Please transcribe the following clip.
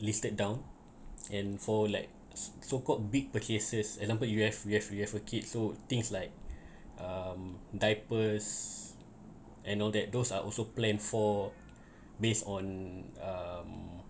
listed down and for like so called big purchases example you have you have you have a kid so things like um diapers and all that those are also plan for based on um